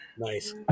nice